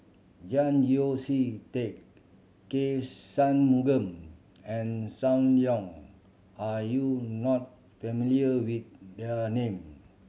Yeo See Teck K Shanmugam and Sam Leong are you not familiar with there name